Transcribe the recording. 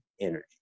energy